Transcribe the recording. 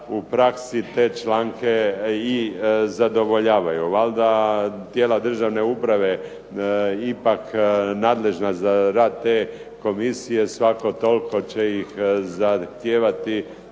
u praksi te članke i zadovoljavaju. Valjda tijela državne uprave ipak nadležna za rad te komisije svako toliko će zahtijevati